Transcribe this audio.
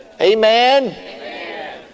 Amen